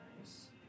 Nice